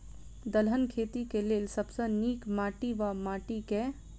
दलहन खेती केँ लेल सब सऽ नीक माटि वा माटि केँ?